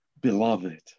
beloved